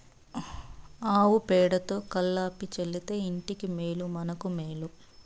ఆవు పేడతో కళ్లాపి చల్లితే ఇంటికి మేలు మనకు మేలు